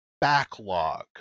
backlog